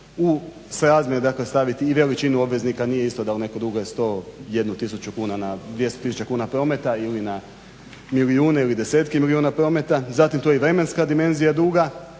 u srazmjer dakle staviti i veličinu obveznika. Nije isto da li netko duguje 101 tisuću kuna na 200 tisuća kuna prometa ili na milijune ili desetke milijuna prometa. Zatim tu je i vremenska dimenzija duga,